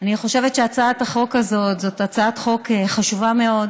אני חושבת שהצעת החוק הזאת היא הצעת חוק חשובה מאוד,